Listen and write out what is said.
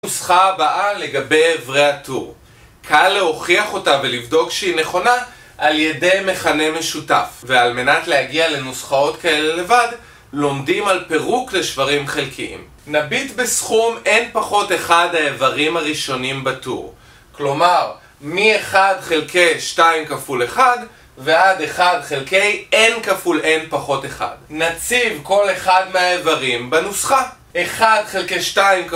הנוסחה הבאה לגבי איברי הטור. קל להוכיח אותה ולבדוק שהיא נכונה על ידי מכנה משותף ועל מנת להגיע לנוסחאות כאלה לבד לומדים על פירוק לשברים חלקיים. נביט בסכום n-1 העברים הראשונים בטור כלומר מ-1 חלקי 2 כפול 1 ועד 1 חלקי n כפול n פחות 1. נציב כל אחד מהאיברים בנוסחה. 1 חלקי 2